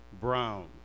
Brown